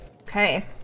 Okay